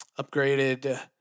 Upgraded